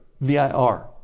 V-I-R